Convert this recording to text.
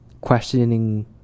questioning